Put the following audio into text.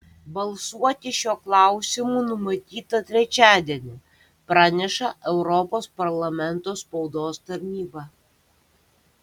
balsuoti šiuo klausimu numatyta trečiadienį praneša europos parlamento spaudos tarnyba